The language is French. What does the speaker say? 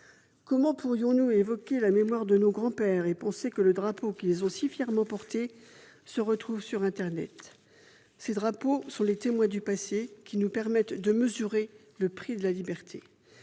Comment pourrions-nous évoquer la mémoire de nos grands-pères, tout en sachant que le drapeau qu'ils ont si fièrement porté se retrouve en vente sur internet ? Ces drapeaux sont les témoins du passé ; ils nous permettent de mesurer le prix de la liberté.